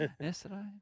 yesterday